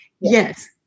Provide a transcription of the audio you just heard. Yes